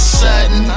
sudden